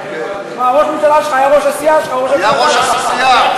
היה ראש הסיעה שלך,